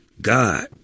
God